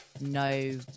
no